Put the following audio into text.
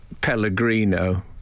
Pellegrino